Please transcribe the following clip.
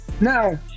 Now